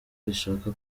rishaka